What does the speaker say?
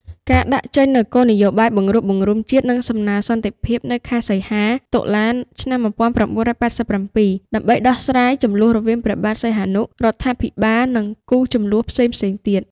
ការដាក់ចេញនូវគោលនយោបាយបង្រួបបង្រួមជាតិ និងសំណើសន្តិភាព នៅខែ សីហា តុលា ១៩៨៧ ដើម្បីដោះស្រាយ ជំលោះរវាងព្រះបាទ សីហនុ រដ្ឋាភិបាល និង គួរ ជំលោះផ្សេងៗទៀត។